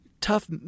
Tough